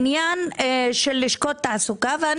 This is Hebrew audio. עניין לשכות תעסוקה, וזה